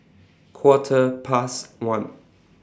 Quarter Past one